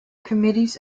committees